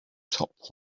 top